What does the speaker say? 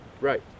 Right